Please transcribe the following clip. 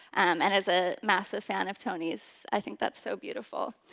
and as a massive fan of toni's, i think that's so beautiful.